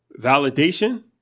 validation